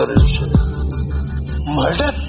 Murder